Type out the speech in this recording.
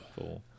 four